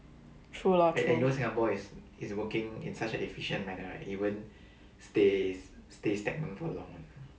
true lah true true